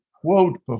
quote